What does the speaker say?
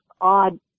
odd